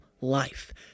life